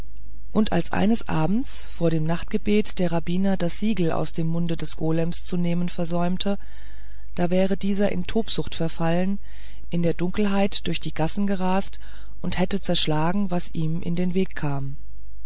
und als eines abends vor dem nachtgebet der rabbiner das siegel aus dem munde des golem zu nehmen versäumt da wäre dieser in tobsucht verfallen in der dunkelheit durch die gassen gerast und hätte zerschlagen was ihm in den weg kam